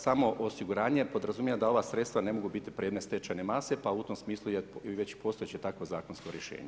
Samo osiguranje podrazumijeva da ova sredstva ne mogu biti predmet stečajne mase pa u tom smislu je već postojeće takvo zakonsko rješenje.